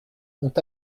ont